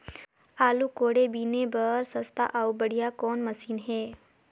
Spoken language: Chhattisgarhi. आलू कोड़े बीने बर सस्ता अउ बढ़िया कौन मशीन हे?